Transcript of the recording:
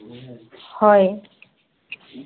হয়